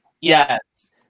Yes